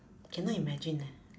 cannot imagine eh